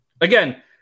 Again